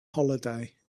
holiday